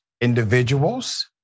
individuals